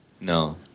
No